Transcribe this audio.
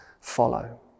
follow